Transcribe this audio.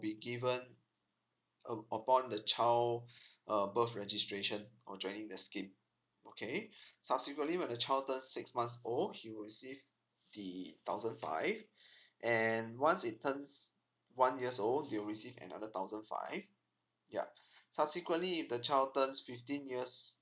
be given up~ upon the child uh birth registration on joining the scheme okay subsequently when the child turns six months old he will receive the thousand five and once he turns one years old he will receive another thousand five yup subsequently if the child turns fifteen years